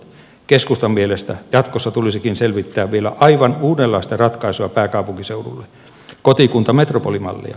keskustan mielestä jatkossa tulisikin selvittää vielä aivan uudenlaista ratkaisua pääkaupunkiseudulle kotikuntametropolimallia